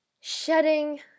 shedding